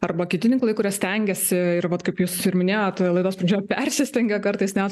arba kiti tinklai kurie stengiasi ir vat kaip jūs ir minėtoj laidos pradžioj persistengia kartais net